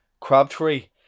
Crabtree